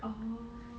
orh